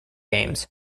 games